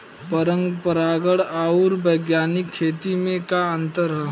परंपरागत आऊर वैज्ञानिक खेती में का अंतर ह?